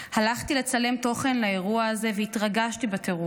הלכתי לצלם תוכן לאירוע הזה והתרגשתי בטירוף.